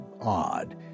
odd